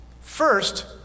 First